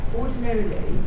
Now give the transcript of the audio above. ordinarily